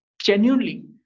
genuinely